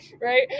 Right